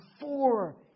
four